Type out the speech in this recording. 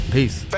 Peace